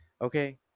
Okay